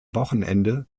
wochenende